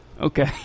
Okay